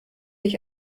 ich